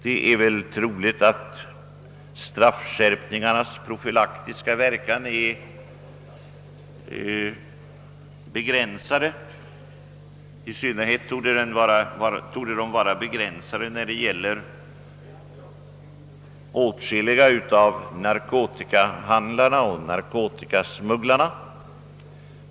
Det är troligt att straffskärpningarnas profylaktiska verkningar är begränsade — i synnerhet torde de vara begränsade när det gäller narkotikahandlarna och narko tikasmugglarna.